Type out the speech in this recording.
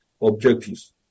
objectives